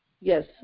yes